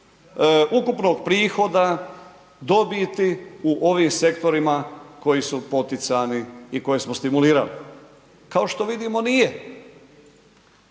ukupnog prihoda, dobiti u ovim sektorima koji su poticani i koje smo stimulirali. Kao što vidimo nije.